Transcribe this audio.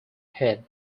head